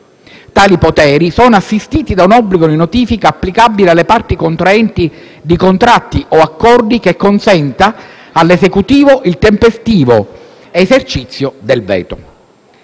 Tali poteri sono assistiti da un obbligo di notifica applicabile alle parti contraenti di contratti o accordi che consenta all'Esecutivo il tempestivo esercizio del veto.